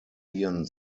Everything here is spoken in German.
ihren